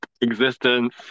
existence